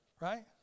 Right